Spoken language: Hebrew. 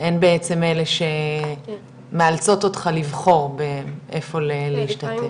הן בעצם אלה שמאלצות אותך לבחור איפה להשתתף.